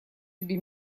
себе